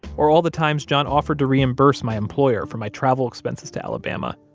or all the times john offered to reimburse my employer for my travel expenses to alabama,